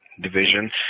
Division